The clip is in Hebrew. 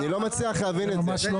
אני לא מצליח להבין את זה.